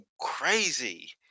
crazy